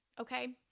okay